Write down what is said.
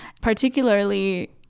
particularly